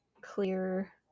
clear